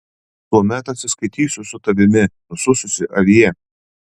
tuomet atsiskaitysiu su tavimi nusususi avie